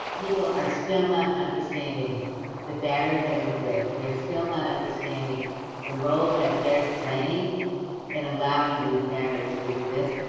people are still not understanding the barriers that exist. they're still not understanding the roles that they're playing in allowing these barriers to exist.